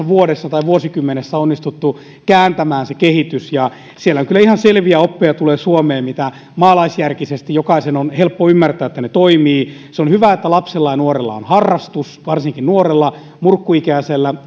vuodessa vuosikymmenessä onnistuttu kääntämään se kehitys ja sieltä kyllä ihan selviä oppeja tulee suomeen mistä maalaisjärkisesti jokaisen on helppo ymmärtää että ne toimivat se on hyvä että lapsella ja nuorella on harrastus varsinkin nuorella murkkuikäisellä